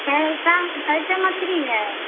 कैसा कैसे मछ्ली है